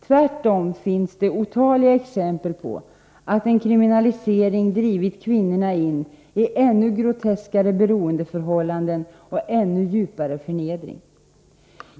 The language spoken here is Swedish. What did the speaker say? Tvärtom finns det otaliga exempel på att en kriminalisering drivit kvinnorna in i ännu groteskare beroendeförhållanden och ännu djupare förnedring.